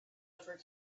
ever